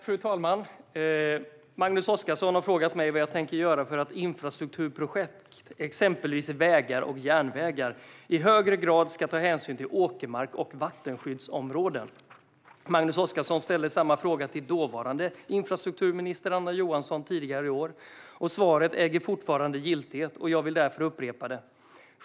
Fru talman! Magnus Oscarsson har frågat mig vad jag tänker göra för att infrastrukturprojekt, exempelvis vägar och järnvägar, i högre grad ska ta hänsyn till åkermark och vattenskyddsområden. Magnus Oscarsson ställde samma fråga till dåvarande infrastrukturministern Anna Johansson tidigare i år. Svaret äger fortfarande giltighet, och jag vill därför upprepa det.